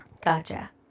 Gotcha